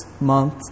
month